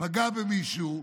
פגע במישהו,